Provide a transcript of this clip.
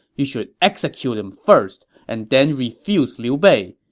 you should execute him first, and then refuse liu bei,